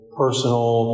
personal